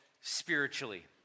spiritually